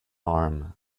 arm